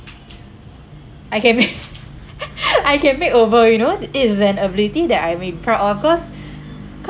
I can make~ I can makeover you know it is an ability that I may be proud of because